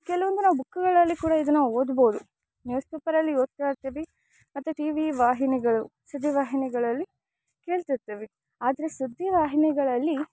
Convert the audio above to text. ಕೆಲವೊಂದು ನಾವು ಬುಕ್ಗಳಲ್ಲಿ ಕೂಡ ಇದನ್ನು ಓದ್ಬೌದು ನ್ಯೂಸ್ ಪೇಪರಲ್ಲಿ ಓದ್ತಾ ಇರ್ತಿವಿ ಮತ್ತು ಟಿ ವಿ ವಾಹಿನಿಗಳು ಸುದ್ದಿ ವಾಹಿನಿಗಳಲ್ಲಿ ಕೇಳ್ತಿರ್ತಿವಿ ಆದರೆ ಸುದ್ದಿ ವಾಹಿನಿಗಳಲ್ಲಿ